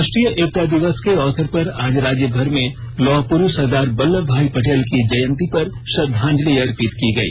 राष्ट्रीय एकता दिवस के अवसर पर आज राज्य भर में लौह पुरुष सरदार बल्लभ भाई पटेल की जयंती पर श्रद्वांजलि अर्पित की गई